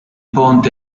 ponte